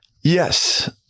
Yes